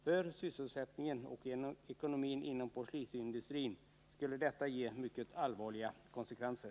För sysselsättningen och ekonomin inom porslinsindustrin skulle detta ge mycket allvarliga konsekvenser.